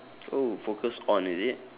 oh focus on is it